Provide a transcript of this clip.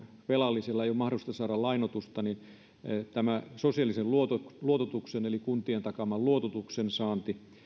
velallisen ei ole mahdollista saada lainoitusta niin on sosiaalisen luototuksen luototuksen eli kuntien takaaman luototuksen saanti